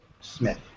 Smith